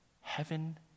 Heaven